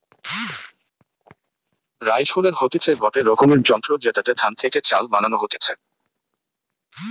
rice huller হতিছে গটে রকমের যন্ত্র জেতাতে ধান থেকে চাল বানানো হতিছে